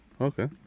Okay